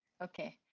Okay